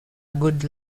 good